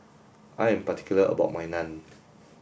I am particular about my Naan